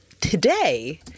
Today